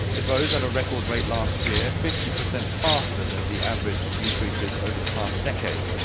it rose at a record rate last year. fifty percent faster than the average increases over the past decade.